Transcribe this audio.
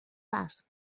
fas